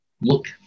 Look